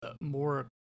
more